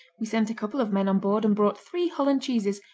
we sent a couple of men on board and brought three holland cheeses,